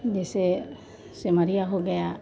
जैसे सिमरिया हो गया